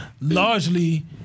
largely